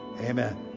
Amen